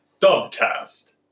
Dubcast